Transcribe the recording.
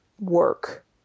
work